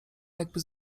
jakby